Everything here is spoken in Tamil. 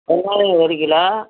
வெங்காயம் ஒரு கிலோ